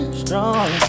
strong